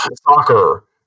Soccer